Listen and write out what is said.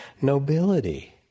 nobility